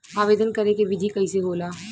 आवेदन करे के विधि कइसे होला?